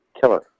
killer